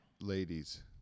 ladies